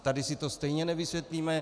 Tady si to stejně nevysvětlíme.